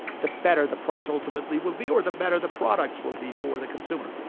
the better the price ultimately will be, or the better the products will be for the consumer.